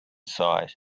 size